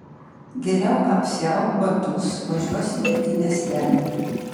geriau apsiauk batus važiuosime į miestelį